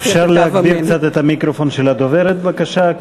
אפשר להגביר קצת את המיקרופון של הדוברת, בבקשה?